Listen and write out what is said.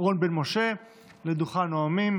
רון בן משה לדוכן הנואמים